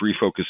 refocus